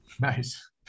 Nice